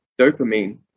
dopamine